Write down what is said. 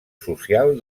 social